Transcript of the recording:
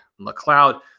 McLeod